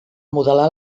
modelar